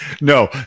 no